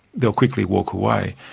they'll quickly walk away.